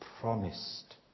promised